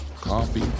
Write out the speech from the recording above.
coffee